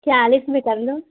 चालीस में कर लो